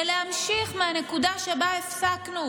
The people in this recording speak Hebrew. ולהמשיך מהנקודה שבה הפסקנו,